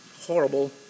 horrible